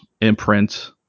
imprint